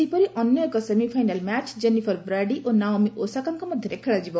ସେହିପରି ଅନ୍ୟ ଏକ ସେମିଫାଇନାଲ୍ ମ୍ୟାଚ୍ ଜେନିଫର୍ ବ୍ରାଡି ଓ ନାଓମି ଓଷାକାଙ୍କ ମଧ୍ୟରେ ଖେଳାଯିବ